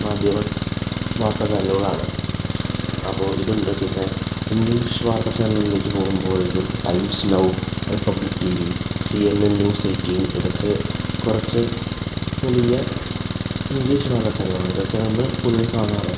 മാധ്യമ വാർത്താ ചാനലുകളാണ് അപ്പോൾ ഇതുണ്ട് പിന്നെ ഇംഗ്ലീഷ് വാർത്താ ചാനലുകളിലേക്ക് പോവുമ്പോഴേക്കും Times Now Republic T V C N N News Eighteen ഇതൊക്കെ കുറച്ച് വലിയ ഇംഗ്ലീഷ് വാർത്താ ചാനലാണ് ഇതൊക്കെയാണ് നമ്മൾ പൊതുവെ കാണാറുള്ളത്